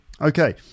okay